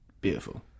beautiful